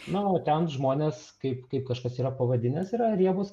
na o ten žmonės kaip kaip kažkas yra pavadinęs yra riebūs